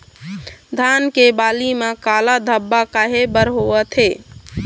धान के बाली म काला धब्बा काहे बर होवथे?